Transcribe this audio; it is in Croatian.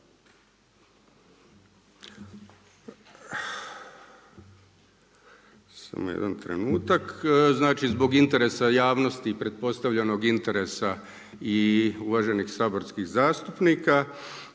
Samo jedan trenutak. Znači zbog interesa javnosti pretpostavljenog interesa i uvaženih saborskih zastupnika